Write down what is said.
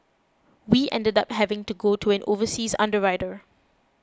we ended up having to go to an overseas underwriter